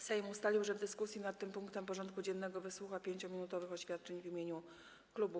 Sejm ustalił, że w dyskusji nad tym punktem porządku dziennego wysłucha 5-minutowych oświadczeń w imieniu klubów i koła.